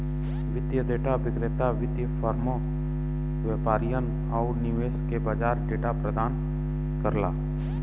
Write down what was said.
वित्तीय डेटा विक्रेता वित्तीय फर्मों, व्यापारियन आउर निवेशक के बाजार डेटा प्रदान करला